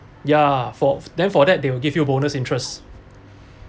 ya for then for that they will give you bonus interest